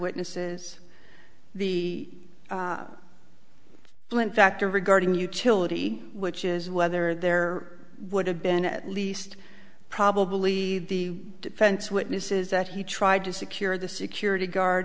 witnesses the went back to regarding utility which is whether there would have been at least probably the defense witnesses that he tried to secure the security guard